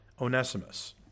Onesimus